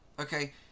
Okay